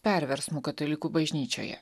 perversmu katalikų bažnyčioje